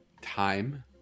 time